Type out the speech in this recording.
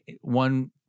one